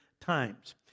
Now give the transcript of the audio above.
times